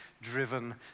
driven